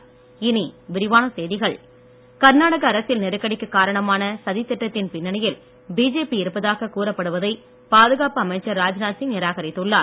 ராஜ்நாத் கர்நாடக அரசியல் நெருக்கடிக்கு காரணமான சதித் திட்டத்தின் பின்னணியில் பிஜேபி இருப்பதாக கூறப்படுவதை பாதுகாப்பு அமைச்சர் ராஜ்நாத் சிங் நிராகரித்துள்ளார்